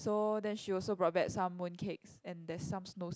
so then she also brought back some mooncakes and there's some snows